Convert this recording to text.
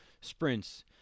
sprints